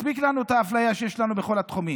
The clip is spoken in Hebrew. מספיק יש לנו אפליה בכל התחומים.